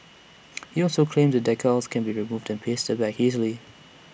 he also claimed the decals can be removed and pasted back easily